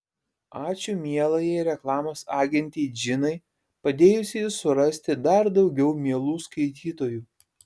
ačiū mielajai reklamos agentei džinai padėjusiai surasti dar daugiau mielų skaitytojų